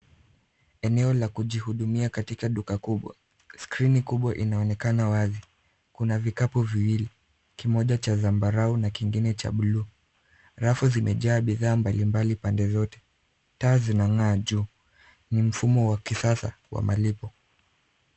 Eneo la kujihudumia katika duka kubwa. Skrini kubwa inaonekana wazi. Kuna vikapu viwili, kimoja cha zambarau na kingine cha buluu. Rafu zimejaa bidhaa mbalimbali pande zote, taa zinag'aa juu. Ni mfumo wa kisasa wa malipo.